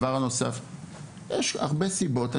מהרבה סיבות.